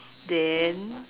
then